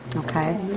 okay?